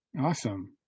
awesome